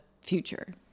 future